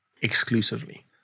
exclusively